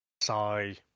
sigh